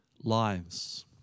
lives